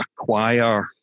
acquire